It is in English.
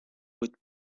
with